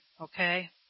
okay